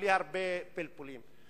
בלי הרבה פלפולים.